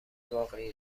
واقعی